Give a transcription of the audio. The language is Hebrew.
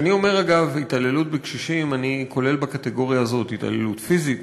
כשאני אומר התעללות בקשישים אני כולל בקטגוריה הזאת התעללות פיזית,